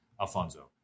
Alfonso